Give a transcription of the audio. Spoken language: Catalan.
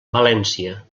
valència